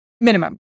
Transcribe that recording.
minimum